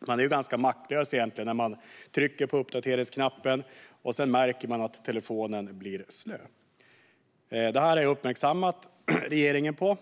är egentligen ganska maktlös när man trycker på uppdateringsknappen och märker att telefonen blir slö. Detta har jag uppmärksammat regeringen på.